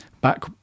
back